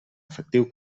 efectiu